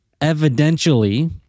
evidentially